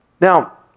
Now